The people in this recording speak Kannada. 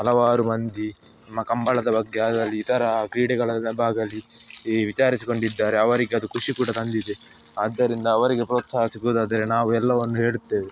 ಹಲವಾರು ಮಂದಿ ನಮ್ಮ ಕಂಬಳದ ಬಗ್ಗೆ ಅಥವಾ ಇತರ ಕ್ರೀಡೆಗಳದ್ದಾಗಲಿ ಈ ವಿಚಾರಿಸಿಕೊಂಡಿದ್ದಾರೆ ಅವರಿಗೆ ಅದು ಖುಷಿ ಕೂಡ ತಂದಿದೆ ಆದ್ದರಿಂದ ಅವರಿಗೆ ಪ್ರೋತ್ಸಾಹ ಸಿಗುವುದಾದರೆ ನಾವು ಎಲ್ಲವನ್ನೂ ಹೇಳುತ್ತೇವೆ